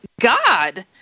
God